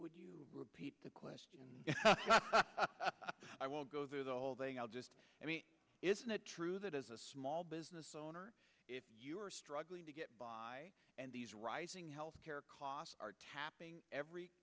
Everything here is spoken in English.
would you repeat the question and i won't go through the whole thing i'll just i mean isn't it true that as a small business owner you are struggling to get by and these rising health care costs are tapping every